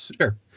Sure